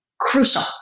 crucial